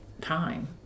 time